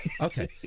Okay